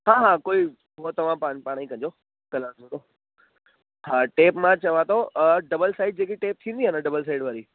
हा हा कोई हूअं तव्हां पा पाणई कजो कलर थोरो हा टेप मां चवां थो डबल साइज़ जेकी टेप थींदी आहे न डबल साइड वारी